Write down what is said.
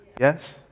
Yes